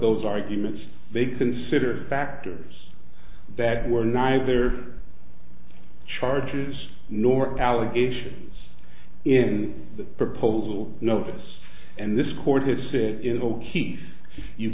those arguments they considered factors that were neither charges nor allegations in the proposal notice and this court has said in all keys you